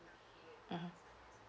mmhmm